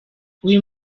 uyu